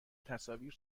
تصاویر